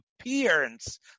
appearance